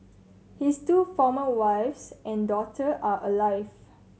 his two former wives and daughter are alive